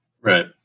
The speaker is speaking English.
Right